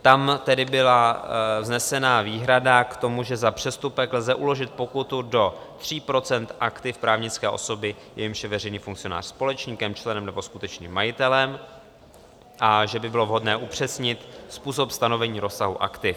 Tam tedy byla vznesena výhrada k tomu, že za přestupek lze uložit pokutu do 3 % aktiv právnické osoby, jejímž je veřejný funkcionář společníkem, členem nebo skutečným majitelem, a že by bylo vhodné upřesnit způsob stanovení rozsahu aktiv.